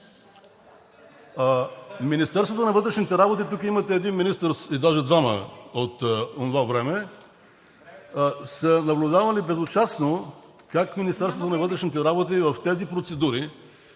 Министерството на вътрешните работи – тук имате един министър, даже двама от онова време, са наблюдавали безучастно как Министерството на вътрешните работи в тези процедури